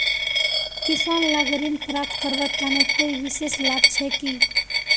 किसान लाक ऋण प्राप्त करवार तने कोई विशेष लाभ छे कि?